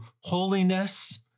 holiness